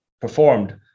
performed